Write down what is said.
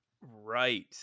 Right